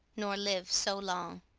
nor live so long.